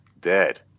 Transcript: dead